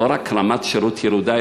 לא רק רמת שירות ירודה,